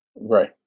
Right